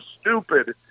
stupid